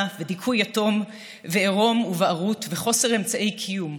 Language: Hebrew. ודיכוי יתום ועירום ובערות וחוסר אמצעי קיום.